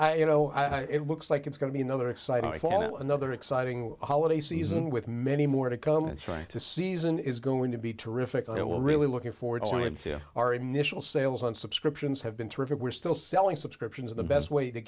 i you know it looks like it's going to be another exciting another exciting holiday season with many more to come and try to season is going to be terrifically well really looking forward to our initial sales on subscriptions have been terrific we're still selling subscriptions the best way to